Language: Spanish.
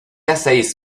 hacéis